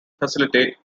facilitate